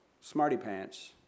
smarty-pants